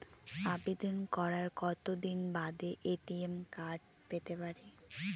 আবেদন করার কতদিন বাদে এ.টি.এম কার্ড পেতে পারি?